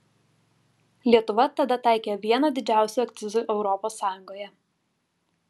lietuva tada taikė vieną didžiausių akcizų europos sąjungoje